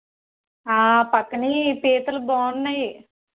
ప్రక్కనే పీతలు బాగున్నాయి